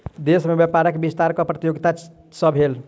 देश में व्यापारक विस्तार कर प्रतियोगिता सॅ भेल